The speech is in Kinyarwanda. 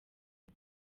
mbi